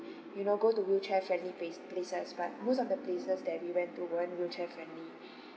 you know go to wheelchair friendly place places but most of the places that we went to weren't wheelchair friendly